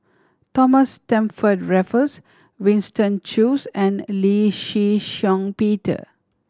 Thomas Stamford Raffles Winston Choos and Lee Shih Shiong Peter